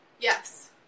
yes